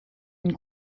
une